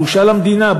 בושה למדינה,